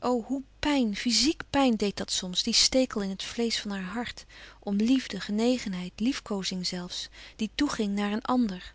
hoe pijn fyziek pijn deed dat soms die stekel in het vleesch van haar hart om liefde genegenheid liefkoozing zelfs die toeging naar een ander